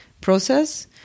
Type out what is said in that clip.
process